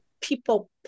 people